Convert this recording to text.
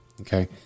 Okay